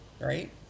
Right